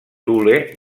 thule